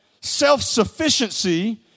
self-sufficiency